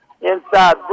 Inside